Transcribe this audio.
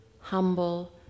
humble